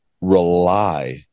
rely